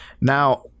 Now